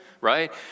right